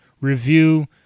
review